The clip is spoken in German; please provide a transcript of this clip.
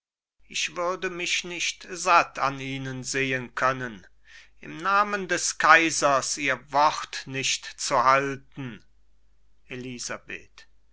ich würde mich nicht satt an ihnen sehen können im namen des kaisers ihr wort nicht zu halten elisabeth